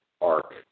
arc